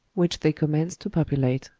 which they commenced to populate.